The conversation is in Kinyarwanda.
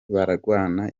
barwana